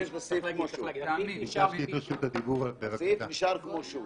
הסעיף נשאר כפי שהוא.